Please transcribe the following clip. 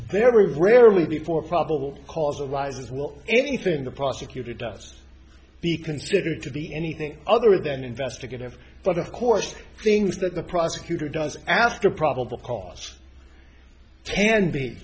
very rarely before probable cause allies as well anything the prosecutor does be considered to be anything other than investigative but of course the things that the prosecutor does after probable cause tan